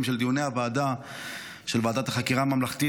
של דיוני ועדת החקירה הממלכתית,